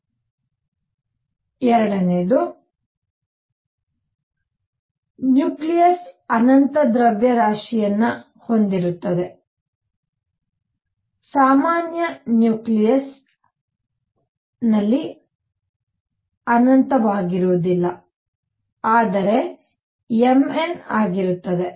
ಸಂಖ್ಯೆ ಎರಡು ನ್ಯೂಕ್ಲಿಯಸ್ ಅನಂತ ದ್ರವ್ಯರಾಶಿಯನ್ನು ಹೊಂದಿರುತ್ತದೆ ಸಾಮಾನ್ಯ ನ್ಯೂಕ್ಲಿಯಸ್ನಲ್ಲಿ ಅನಂತವಾಗಿರುವುದಿಲ್ಲ ಆದರೆ Mn ಆಗಿರುತ್ತದೆ